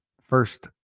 first